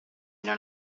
non